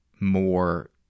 more